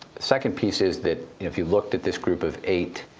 second piece is that if you looked at this group of eight,